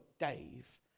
Dave